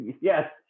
yes